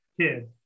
kid